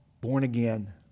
born-again